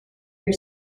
your